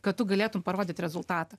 kad tu galėtum parodyt rezultatą